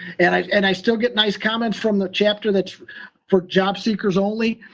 and i and i still get nice comments from the chapter that's for jobseekers only.